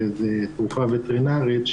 שזו תרופה וטרינרית,